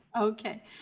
okay